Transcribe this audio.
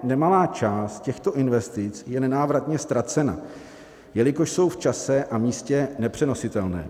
Nemalá část těchto investic je nenávratně ztracena, jelikož jsou v čase a místě nepřenositelné.